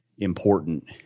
Important